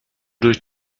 durch